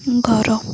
ଘର